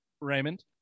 Raymond